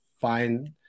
find